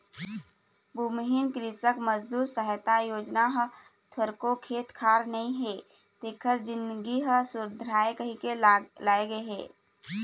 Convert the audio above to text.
भूमिहीन कृसक मजदूर सहायता योजना ह थोरको खेत खार नइ हे तेखर जिनगी ह सुधरय कहिके लाए गे हे